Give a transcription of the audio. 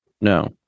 no